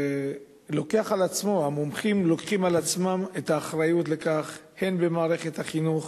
לוקחים על עצמם את האחריות לכך, הן במערכת החינוך,